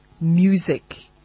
music